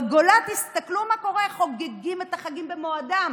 בגולה, תסתכלו מה קרה: חוגגים את החגים במועדם,